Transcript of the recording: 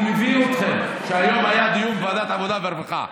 אני מבין אתכם שהיום היה דיון בוועדת העבודה והרווחה.